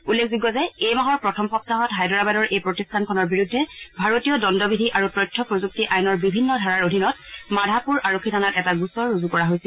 উল্লেখযোগ্য যে এই মাহৰ প্ৰথম সপ্তাহত হায়দৰাবাদৰ এই প্ৰতিষ্ঠানখনৰ বিৰুদ্ধে ভাৰতীয় দণ্ডবিধি আৰু তথ্য প্ৰযুক্তি আইনৰ বিভিন্ন ধাৰাৰ অধীনত মাধাপুৰ আৰক্ষী থানাত এটা গোচৰ ৰুজু কৰা হৈছিল